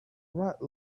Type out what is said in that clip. right